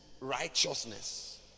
righteousness